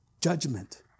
judgment